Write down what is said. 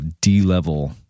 D-level